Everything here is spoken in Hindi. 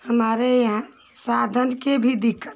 हमारे यहाँ साधन की भी दिक्कत है